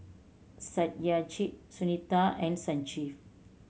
Satyajit Sunita and Sanjeev